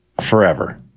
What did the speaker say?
forever